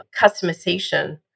customization